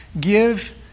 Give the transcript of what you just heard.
Give